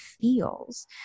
feels